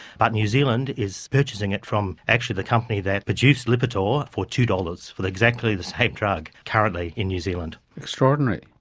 but new zealand is purchasing it from actually the company that produce lipitor for two dollars for exactly the same drug currently in new zealand. extraordinary.